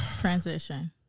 Transition